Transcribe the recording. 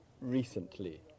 recently